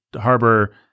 Harbor